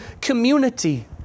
community